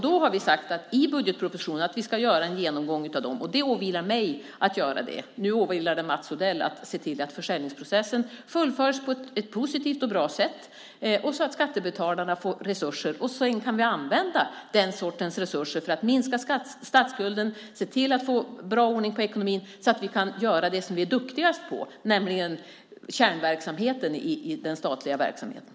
Vi har sagt i budgetpropositionen att vi ska göra en genomgång av dessa. Det åvilar mig att göra det. Nu åvilar det Mats Odell att se till att försäljningsprocessen fullföljs på ett positivt och bra sätt så att skattebetalarna får resurser. Sedan kan vi använda den sortens resurser för att minska statsskulden, se till att få bra ordning på ekonomin så att vi kan göra det som vi är duktigast på, nämligen kärnverksamheterna i den statliga verksamheten.